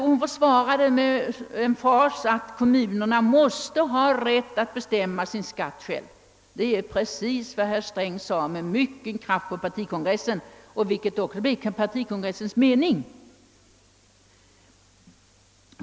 Hon sade med emfas att kommunerna måste ha rätt att bestämma sin skatt själva. Det är precis vad herr Sträng med mycken kraft anförde på partikongressen, och det blev också dess mening.